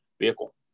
vehicle